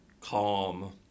calm